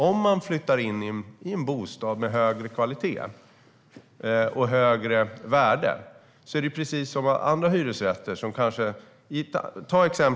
Om man flyttar in i en bostad med högre kvalitet och högre värde är det precis som med andra hyresrätter.